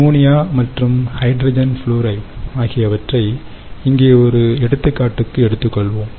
ammonia மற்றும் hydrogen fluoride ஆகியவற்றை இங்கே ஒரு எடுத்துக்காட்டுக்கு எடுத்துக்கொள்வோம்